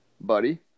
buddy